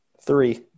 Three